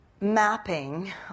mapping